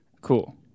Cool